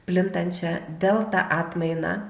plintančią delta atmainą